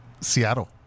Seattle